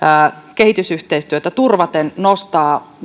kehitysyhteistyötä turvaten myöskin nostaa